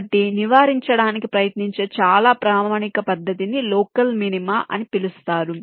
కాబట్టి నివారించడానికి ప్రయత్నించే చాలా ప్రామాణిక పద్ధతి ని లోకల్ మినిమా అని పిలుస్తారు